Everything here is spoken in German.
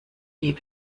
die